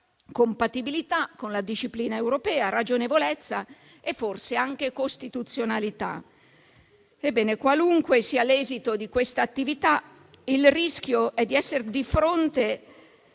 compatibilità con la disciplina europea, ragionevolezza e forse anche costituzionalità. Ebbene, qualunque sia l'esito di questa attività, il rischio è di essere di fronte